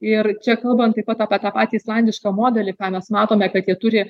ir čia kalbant taip pat apie tą patį islandišką modelį ką mes matome kad jie turi